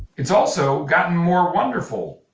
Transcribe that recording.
it's also gotten more wonderful-er.